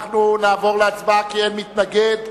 אנחנו נעבור להצבעה, כי אין מתנגד.